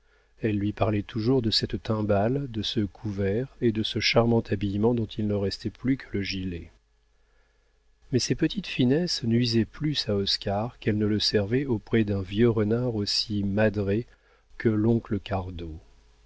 elle lui parlait toujours de cette timbale de ce couvert et de ce charmant habillement dont il ne restait plus que le gilet mais ces petites finesses nuisaient plus à oscar qu'elles ne le servaient auprès d'un vieux renard aussi madré que l'oncle